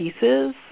pieces